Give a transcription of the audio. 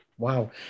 Wow